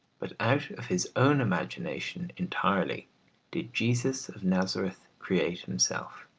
but out of his own imagination entirely did jesus of nazareth create himself.